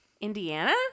Indiana